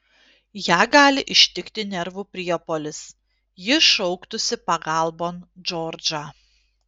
ją gali ištikti nervų priepuolis ji šauktųsi pagalbon džordžą